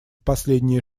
последние